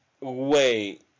wait